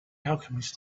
alchemist